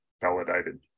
validated